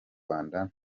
rwanda